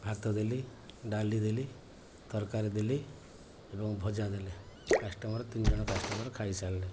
ଭାତ ଦେଲି ଡାଲି ଦେଲି ତରକାରୀ ଦେଲି ଏବଂ ଭଜା ଦେଲି କାଷ୍ଟମର ତିନି ଜଣ କାଷ୍ଟମର ଖାଇ ସାରିଲେ